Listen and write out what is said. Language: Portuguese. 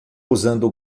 usando